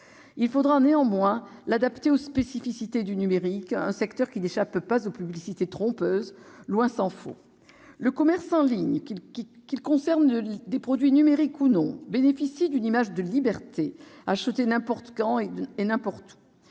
Il faudra néanmoins l'adapter aux spécificités du numérique, un secteur qui n'échappe pas aux publicités trompeuses, tant s'en faut. Le commerce en ligne, qu'il concerne des produits numériques ou non, bénéficie d'une image de liberté : on peut acheter n'importe quand et n'importe où.